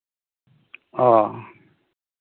ᱚ